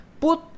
put